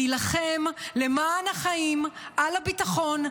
להילחם למען החיים על הביטחון,